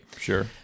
Sure